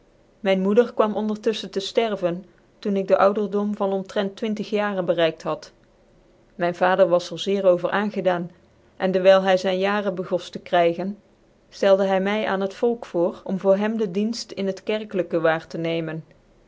myn moeder kwam ondertuffchen tc derven toen ik den ouderdom van omtrent twintig jaren bereikt had myn vader was er zeer over aangedaan cn dcwyl hy zyn jaren bcgoft tc krygen ftclde hy myn aan het volk voor om voor hem dc dienft in het kerkclykc waar tc nemen